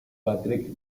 patrick